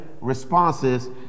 responses